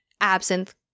absinthe